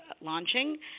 launching